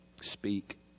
speak